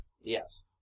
Yes